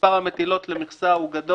מספר המטילות למכסה הוא גדול.